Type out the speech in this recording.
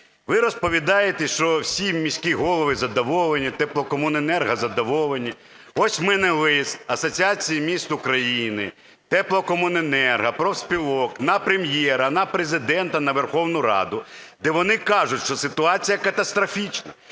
Ви розповідаєте, що всі міські голови задоволені, теплокомуненерго задоволені. Ось в мене лист Асоціації міст України, теплокомуненерго, профспілок на прем'єра, на Президента, на Верховну Раду, де вони кажуть, що ситуація катастрофічна.